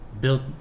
built